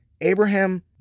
Abraham